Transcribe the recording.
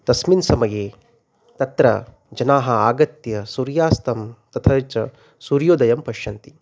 तस्मिन् समये तत्र जनाः आगत्य सूर्यास्तं तथा च सूर्योदयं पश्यन्ति